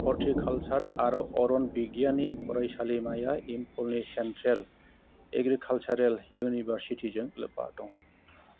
horticulture आरो अरन बिगियाननि फरायसालिमाया इम्फ'लनि सेन्ट्रेल एग्रिकाल्चारेल इउनिभारसिटि जों लोब्बा दङ